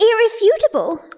irrefutable